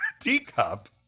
Teacup